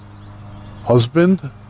husband